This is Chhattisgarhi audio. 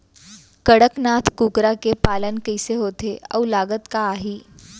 कड़कनाथ कुकरा के पालन कइसे होथे अऊ लागत का आही?